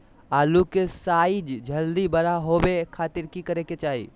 आलू के साइज जल्दी बड़ा होबे खातिर की करे के चाही?